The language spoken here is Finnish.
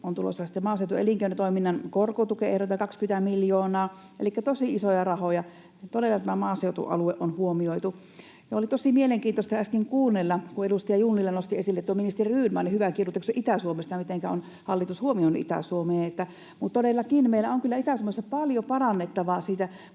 on tulossa. Maaseutuelinkeinotoiminnan korkotukeen ehdotetaan 20 miljoonaa. Elikkä tosi isoja rahoja. Todella tämä maaseutualue on huomioitu. Ja oli tosi mielenkiintoista äsken kuunnella, kun edustaja Junnila nosti esille tuon ministeri Rydmanin hyvän kirjoituksen Itä-Suomesta, mitenkä hallitus on huomioinut Itä-Suomea. Mutta todellakin, meillä on kyllä Itä-Suomessa paljon parannettavaa.